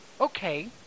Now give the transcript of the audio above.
okay